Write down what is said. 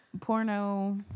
Porno